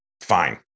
Fine